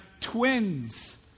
twins